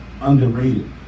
Underrated